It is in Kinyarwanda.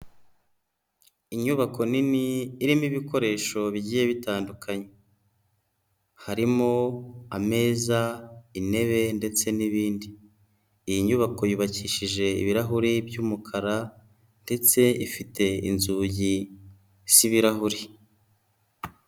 Inyubako nini irimo ibikoresho bigiye bitandukanye, harimo ameza, intebe ndetse n'ibindi, iyi nyubako yubakishije ibirahuri by'umukara ndetse ifite inzugi z'ibirahuri.